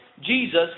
Jesus